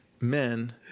men